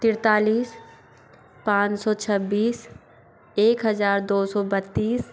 तिरतालीस पाँच सौ छब्बीस एक हज़ार दो सौ बत्तीस